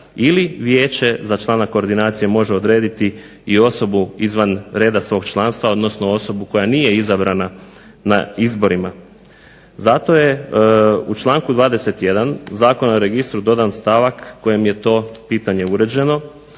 ili vijeće za člana koordinacije može odrediti i osobu izvan reda svog članstva, odnosno osobu koja nije izabrana na izborima. Zato je u članku 21. Zakona o registru dodan stavak kojim je to pitanje uređeno